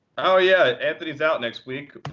oh, yeah, anthony's out next week.